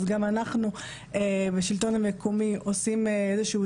אז גם אנחנו בשלטון המקומי עושים איזשהו